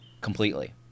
completely